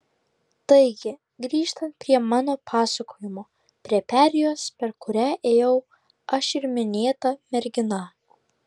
taigi grįžtant prie mano pasakojimo prie perėjos per kurią ėjau aš ir minėta mergina